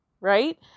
Right